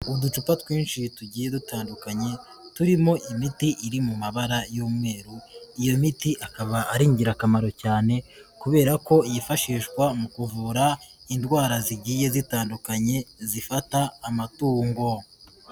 Uducupa twinshi tugiye dutandukanye turimo imiti iri mu mabara y'umweru, iyo miti ikaba ari ingirakamaro cyane kubera ko yifashishwa mu kuvura indwara zigiye zitandukanye zifata amatungo.